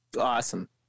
Awesome